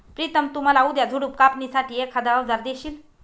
प्रितम तु मला उद्या झुडप कापणी साठी एखाद अवजार देशील?